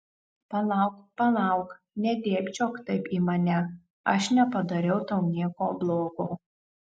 palauk palauk nedėbčiok taip į mane aš nepadariau tau nieko blogo